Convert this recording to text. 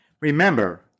Remember